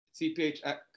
CPHX